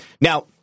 Now